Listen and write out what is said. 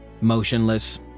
Motionless